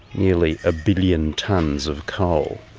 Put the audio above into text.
nearly a billion tonnes of coal.